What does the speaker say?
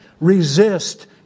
resist